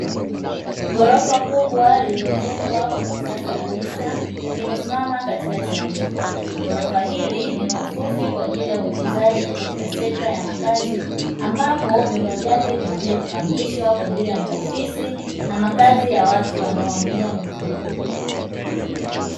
Ghorofa kubwa lililojengwa kwa kisasa kabisa limesimama katikati ya mji. Ghorofa hili ni mahususi kwa ajili ya uwekezaji katika sekta ya makazi ambapo vyumba vyake vinakuja kupangishwa kwa ajili ya maofisi na makazi ya watu wanaohamia mijini.